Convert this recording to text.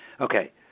Okay